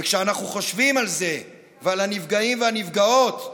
וכשאנחנו חושבים על זה ועל הנפגעים והנפגעות,